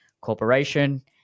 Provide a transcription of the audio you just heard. corporation